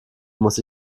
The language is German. muss